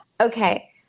okay